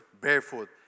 barefoot